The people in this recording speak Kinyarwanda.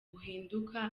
buhinduka